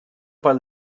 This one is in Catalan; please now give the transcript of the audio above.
per